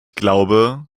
glaube